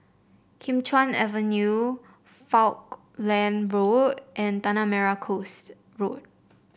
Kim Chuan Avenue Falkland Road and Tanah Merah Coast Road